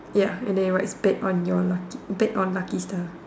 ya they write bet on your lucky bet on lucky star